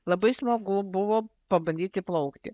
labai smagu buvo pabandyti plaukti